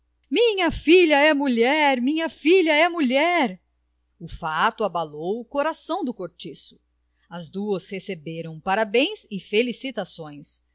cristo minha filha é mulher minha filha é mulher o fato abalou o coração do cortiço as duas receberam parabéns e felicitações